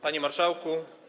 Panie Marszałku!